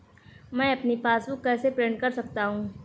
मैं अपनी पासबुक कैसे प्रिंट कर सकता हूँ?